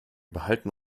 behalten